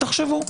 תחשבו.